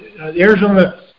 Arizona